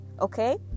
Okay